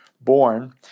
born